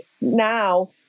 now